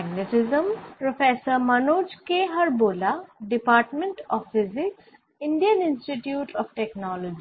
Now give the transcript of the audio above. আমরা স্থির প্রবাহের জন্য সৃষ্ট চৌম্বক